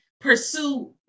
pursue